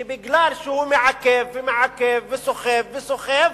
שמפני שהוא מעכב ומעכב וסוחב וסוחב,